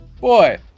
boy